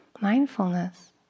Mindfulness